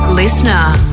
Listener